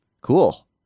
Cool